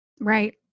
Right